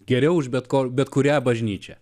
geriau už bet kokį bet kurią bažnyčią